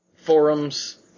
forums